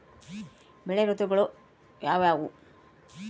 ಬೆಳೆ ಋತುಗಳು ಯಾವ್ಯಾವು?